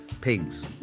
pigs